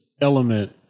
element